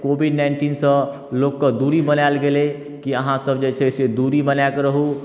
Covid नाइन्टीनसँ लोकके दूरी बनाएल गेलै कि अहाँसब जे छै से दूरी बनाकऽ रहू